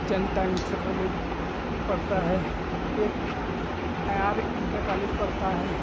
जनता inter college पड़ता है एक अयार इन्टर कॉलेज पड़ता है